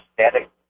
static